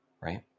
Right